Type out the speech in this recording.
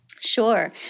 Sure